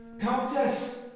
Countess